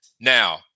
Now